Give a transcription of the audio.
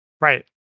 Right